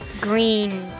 Green